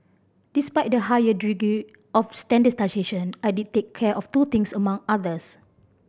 despite the higher of standardisation I did take care of two things among others